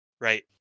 right